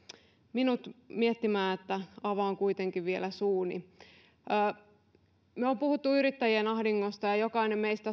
minut miettimään että avaan kuitenkin vielä suuni me olemme puhuneet yrittäjien ahdingosta ja jokainen meistä